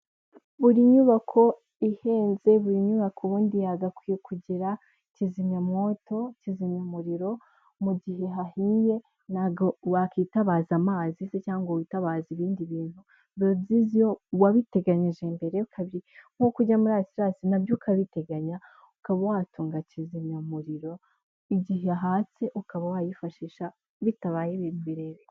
Buri nyubako, ihenze ,buri nyubako ubundi yagakwiye kugira kizimyamwoto, kizimya umuriro, mu gihe hahiye ,ntago wakwitabaza amazi se, cyangwa witabaze ibindi bintu, biba byiza iyo wabiteganyije mbere ,nkuko ujya muri asilanse, nabyo ukabiteganya ,ukaba watunga kizimyamuriro igihe ahatse ukaba wayifashisha bitabaye ibintu birebi.